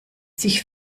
sich